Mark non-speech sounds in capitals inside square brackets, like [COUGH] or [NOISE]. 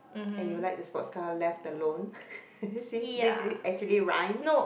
and you like the sports car left alone [NOISE] see this actually rhymes